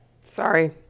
sorry